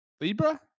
Libra